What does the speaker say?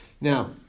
Now